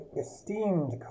esteemed